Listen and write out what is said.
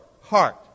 heart